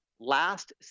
last